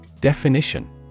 Definition